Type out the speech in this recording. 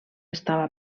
estava